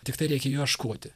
tiktai reikia jo ieškoti